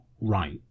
right